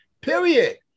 period